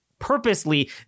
purposely